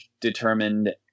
determined